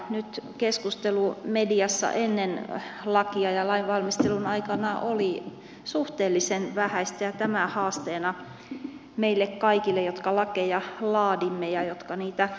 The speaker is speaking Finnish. nyt keskustelu mediassa ennen lakia ja lainvalmistelun aikana oli suhteellisen vähäistä ja tämä haasteena meille kaikille jotka lakeja laadimme ja niille jotka niitä valmistelevat